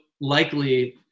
likely